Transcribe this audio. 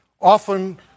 often